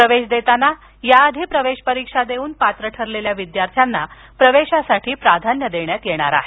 प्रवेश देताना याआधी प्रवेश परीक्षा देऊन पात्र ठरलेल्या विद्यार्थ्यांना प्रवेशासाठी प्राधान्य देण्यात येणार आहे